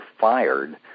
fired